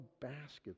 baskets